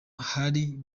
hari